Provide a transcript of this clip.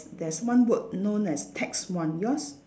there's one word known as tax one yours